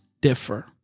differ